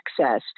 accessed